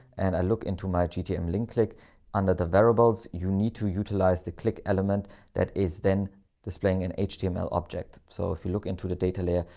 and i look into my gtm link click under the variables, you need to utilize the click element that is then displaying an html object. so if you look into the data layer,